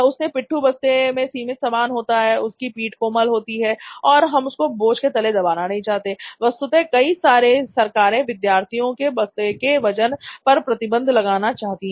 उनके पिट्ठू बस्ते में सीमित स्थान होता है उनकी पीठ कोमल होती है और हम उनको बोझ के तले दबाना नहीं चाहते है वस्तुतः कई सारी सरकारें विद्यार्थियों के बस्ते के वजन पर प्रतिबंध लगाना चाहती है